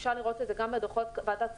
אפשר לראות את זה גם בדוחות בוועדת הכספים,